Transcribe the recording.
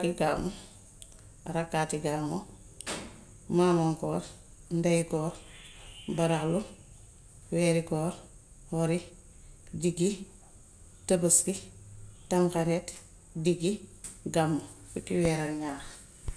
gàmmu, rakkaati gàmmu, maamu koor, ndeyu koor, baraxlu, weeri koor, wori, diggi, tëbëski, tamxareet, diggi, gàmmu, fukki weer ak ñaar.